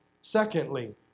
Secondly